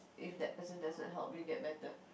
if that person does not help you get better